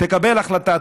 תקבל החלטה,